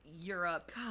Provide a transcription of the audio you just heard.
Europe